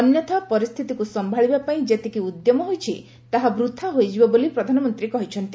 ଅନ୍ୟଥା ପରିସ୍ଥିତିକୁ ସମ୍ଭାଳିବା ପାଇଁ ଯେତିକି ଉଦ୍ୟମ ହୋଇଛି ତାହା ବୃଥା ହୋଇଯିବ ବୋଲି ପ୍ରଧାନମନ୍ତ୍ରୀ କହିଛନ୍ତି